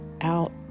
out